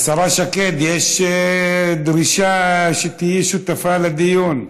השרה שקד, יש דרישה שתהיי שותפה לדיון.